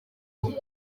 gihe